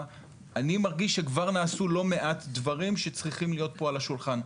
אני מרגיש שכבר נעשו לא מעט דברים שצריכים להיות פה על השולחן,